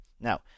Now